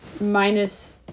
Minus